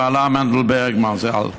בעלה מנדל ברגמן ז"ל.